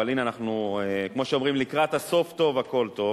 אבל הנה, כמו שאומרים: לקראת הסוף טוב הכול טוב.